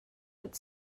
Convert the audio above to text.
but